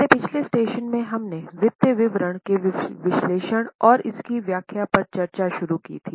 हमारे पिछले स्टेशन में हमने वित्तीय विवरण के विश्लेषण और इसकी व्याख्या पर चर्चा शुरू की थी